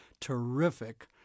terrific